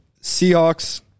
Seahawks